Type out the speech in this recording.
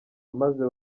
maze